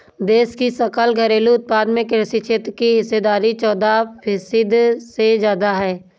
देश की सकल घरेलू उत्पाद में कृषि क्षेत्र की हिस्सेदारी चौदह फीसदी से ज्यादा है